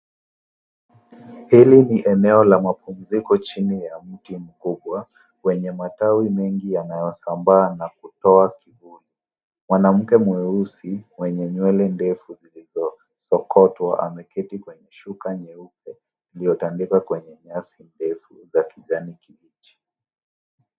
Hili ni eneo la mapumziko chini ya mti mkubwa wenye matawi mengi ya mashambani na kutoa kivuli. Mwanamke mweusi mwenye nywele ndefu zilizosokotwa ameketi kwenye shuka nyeupe iliyotandikwa kwenye nyasi ndefu za kijani kibichi.